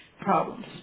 problems